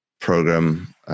program